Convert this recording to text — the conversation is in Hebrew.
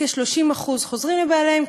כ-30% חוזרים לבעליהם,